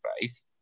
faith